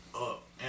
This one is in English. up